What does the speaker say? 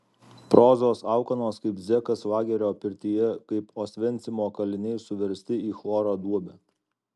prozos alkanos kaip zekas lagerio pirtyje kaip osvencimo kaliniai suversti į chloro duobę